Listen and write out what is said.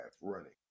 running